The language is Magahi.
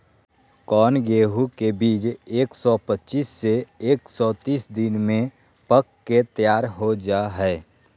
कौन गेंहू के बीज एक सौ पच्चीस से एक सौ तीस दिन में पक के तैयार हो जा हाय?